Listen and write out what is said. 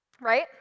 right